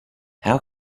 how